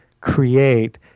create